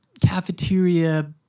cafeteria